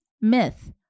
Myth